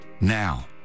Now